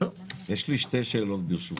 יש לי שתי שאלות, ברשותכם.